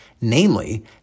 namely